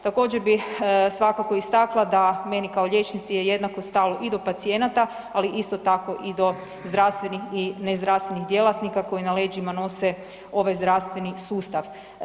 Također bih svakako istakla da meni kao liječnici je jednako stalo i do pacijenata, ali isto tako i do zdravstvenih i ne zdravstvenih djelatnika koji na leđima nose ova zdravstveni sustav.